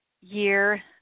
year